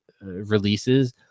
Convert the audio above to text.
releases